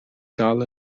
dal